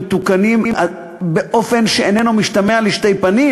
מתוקנים באופן שאיננו משתמע לשתי פנים.